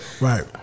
Right